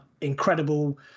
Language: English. incredible